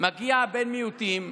מגיע בן מיעוטים,